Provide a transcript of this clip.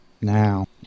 Now